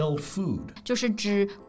food